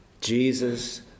Jesus